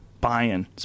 buying